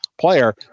player